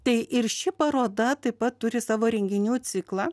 tai ir ši paroda taip pat turi savo renginių ciklą